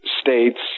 States